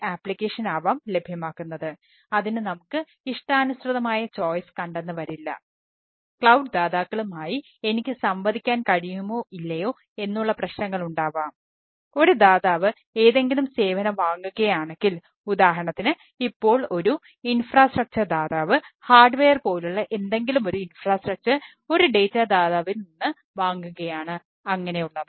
application ദാതാവിൽ നിന്ന് വാങ്ങുകയാണ് അങ്ങനെയുള്ളവ